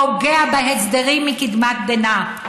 פוגע בהסדרים מקדמת דנא,